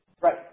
Right